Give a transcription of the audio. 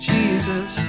Jesus